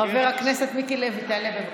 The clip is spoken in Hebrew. חבר הכנסת מיקי לוי, תעלה, בבקשה.